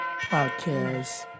Podcast